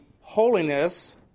holiness